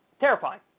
Terrifying